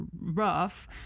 rough